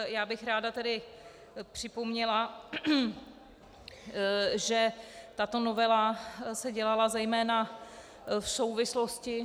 Já bych ráda tedy připomněla, že tato novela se dělala zejména v souvislosti